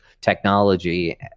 technology